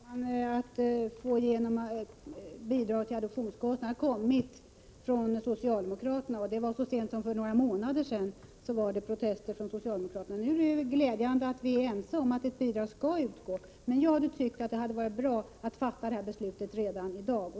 Herr talman! Motståndet mot att driva igenom bidrag till adoptionskostnader har kommit från socialdemokraterna. Så sent som för några månader sedan kom det protester ifrån socialdemokraterna. Det är glädjande att vi nu är ense om att ett bidrag skall utgå. Det hade emellertid varit bra om vi hade kunnat fatta detta beslut redan i dag.